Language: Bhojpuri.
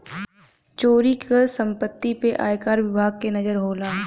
चोरी क सम्पति पे आयकर विभाग के नजर होला